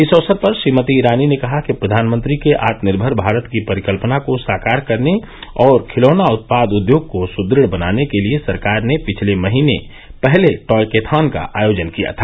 इस अवसर पर श्रीमती ईरानी ने कहा कि प्रधानमंत्री के आत्मनिर्मर भारत की परिकल्पना को साकार करने और खिलौना उत्पाद उद्योग को सुदृढ बनाने के लिए सरकार ने पिछले महीने पहले टॉयरेथॉन का आयोजन किया था